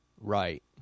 right